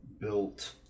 built